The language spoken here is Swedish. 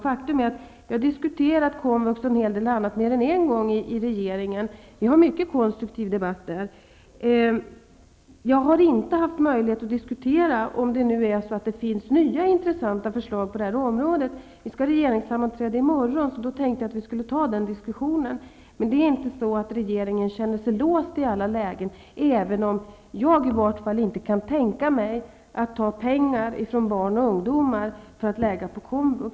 Faktum är att vi har diskuterat komvux och en hel del annat mer än en gång i regeringen; vi för en mycket konstruktiv debatt där. Jag har inte haft möjlighet att diskutera eventuella nya intressanta förslag på det här området. Vi skall ha regeringssammanträde i morgon, och jag tänkte att vi då skulle ta upp den diskussionen. Regeringen känner sig dock inte låst i alla lägen, även om jag i detta fall inte kan tänka mig att ta pengar ifrån barn och ungdomar för att lägga på komvux.